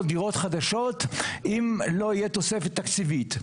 דירות חדשות אם לא יהיה תוספת תקציבית.